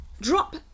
Drop